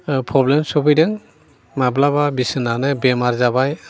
problem सौफैदों माब्लाबा बिसोनानो बेमार जाबाय